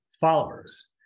followers